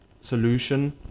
solution